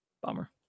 Bummer